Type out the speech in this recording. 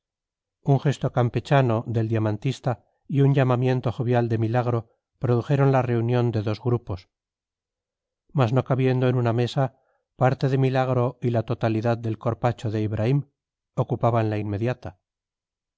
un gesto campechano del diamantista y un llamamiento jovial de milagro produjeron la reunión de dos grupos mas no cabiendo en una mesa parte de milagro y la totalidad del corpacho de ibraim ocupaban la inmediata